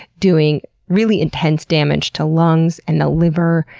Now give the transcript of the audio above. doing really intense damage to lungs, and the liver,